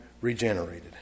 regenerated